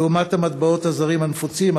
לעומת המטבעות הזרים הנפוצים,